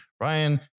Ryan